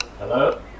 Hello